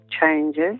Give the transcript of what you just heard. changes